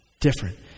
different